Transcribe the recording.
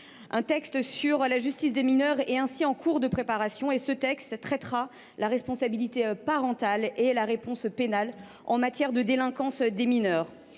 un texte sur la justice pénale des mineurs est en cours de préparation et traitera de la responsabilité parentale et de la réponse pénale en matière de délinquance des mineurs.